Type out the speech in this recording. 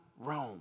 Rome